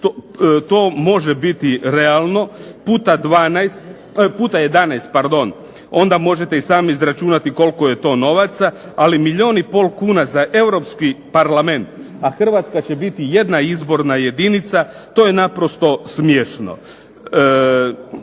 To može biti realno puta 12, puta 11, pardon. Onda možete i sami izračunati koliko je to novaca. Ali milijun i pol kuna za Europski parlament, a Hrvatska će biti jedna izborna jedinica to je naprosto smiješno.